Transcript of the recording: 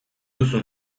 duzu